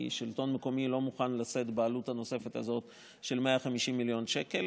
כי השלטון המקומי לא מוכן לשאת בעלות הנוספת הזאת של 150 מיליון שקל,